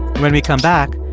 when we come back,